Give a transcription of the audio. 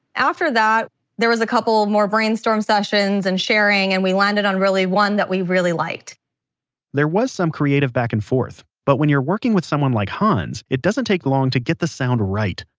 after that there were a couple more brainstorm sessions and sharing and we landed on really one that we really liked there was some creative back and forth, but when you're working with someone like hans, it doesn't take long to get the sound right.